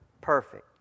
perfect